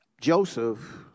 Joseph